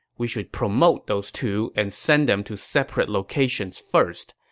we should promote those two and send them to separate locations first.